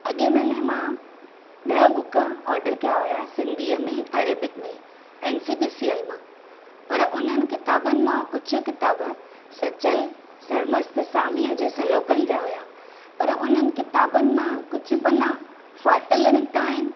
अॻे महीने मां ॾह बुक ऑडर कया हुआ सिन्धीअ में अरेबिक में N C P C L मां पर उन्हनि किताबनि मां कुझु किताब सचल सरमस्त सामआ जे सलोकनि जा हुआ पर उन्हनि किताबनि मां कुझु पना फाटल निकिता आहिनि